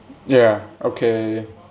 ya okay